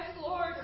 Lord